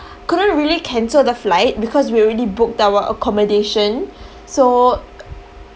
couldn't really cancel the flight because we already booked our accommodation so